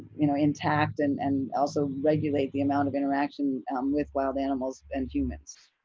you know intact, and and also regulate the amount of interaction with wild animals and humans.